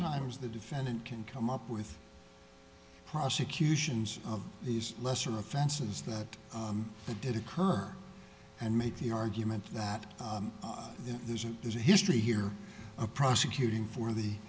times the defendant can come up with prosecutions of these lesser offenses that the did occur and make the argument that there's a there's a history here of prosecuting for the